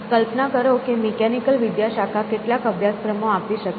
કલ્પના કરો કે મિકેનિકલ વિદ્યાશાખા કેટલાક અભ્યાસક્રમો આપી શકે છે